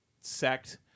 sect